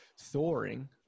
thawing